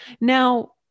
Now